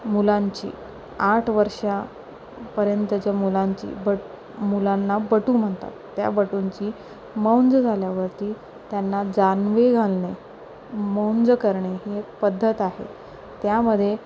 मुलांची आठ वर्षापर्यंत ज्या मुलांची बट मुलांना बटू म्हणतात त्या बटूंची मुंज झाल्यावरती त्यांना जानवे घालने मुंज करणे ही एक पद्धत आहे त्यामध्ये